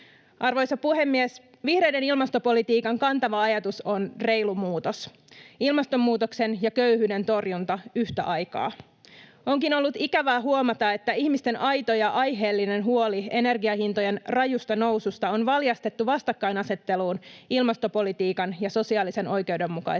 Arvoisa puhemies! Vihreiden ilmastopolitiikan kantava ajatus on reilu muutos: ilmastonmuutoksen ja köyhyyden torjunta yhtä aikaa. Onkin ollut ikävää huomata, että ihmisten aito ja aiheellinen huoli energiahintojen rajusta noususta on valjastettu vastakkainasetteluun ilmastopolitiikan ja sosiaalisen oikeudenmukaisuuden